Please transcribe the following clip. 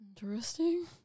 Interesting